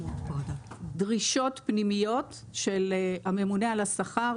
דרישות פנימיות של הממונה על השכר,